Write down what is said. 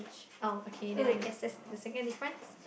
oh okay then I guess that's the second difference